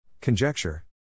Conjecture